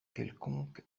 quelconque